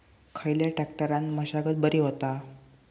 खयल्या ट्रॅक्टरान मशागत बरी होता?